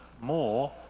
more